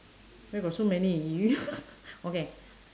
where got so many okay